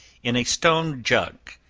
in a stone jug,